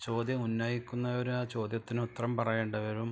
ചോദ്യമുന്നയിക്കുന്നവരാ ചോദ്യത്തിനുത്തരം പറയേണ്ടവരും